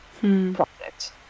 project